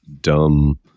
dumb